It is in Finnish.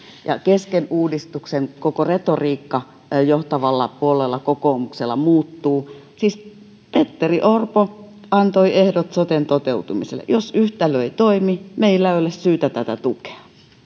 ja kesken uudistuksen koko retoriikka johtavalla puolueella kokoomuksella muuttuu siis petteri orpo antoi ehdot soten toteutumiselle jos yhtälö ei toimi meillä ei ole syytä tätä tukea